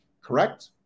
Correct